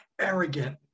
arrogant